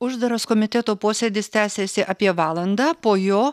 uždaras komiteto posėdis tęsėsi apie valandą po jo